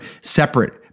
separate